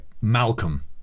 Malcolm